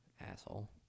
asshole